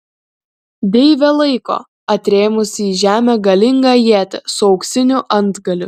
deivė laiko atrėmusi į žemę galingą ietį su auksiniu antgaliu